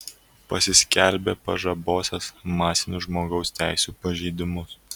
pasiskelbė pažabosiąs masinius žmogaus teisių pažeidimus